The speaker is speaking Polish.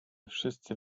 wszyscy